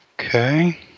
Okay